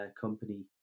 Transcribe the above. company